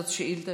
זאת שאילתה